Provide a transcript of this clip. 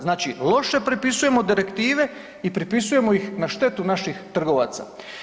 Znači, loše prepisujemo direktive i prepisujemo ih na štetu naših trgovaca.